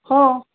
हो